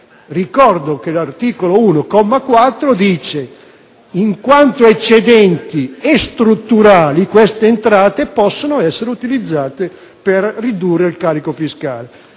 finanziaria afferma che in quanto eccedenti e strutturali queste entrate possono essere utilizzate per ridurre il carico fiscale.